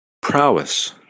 Prowess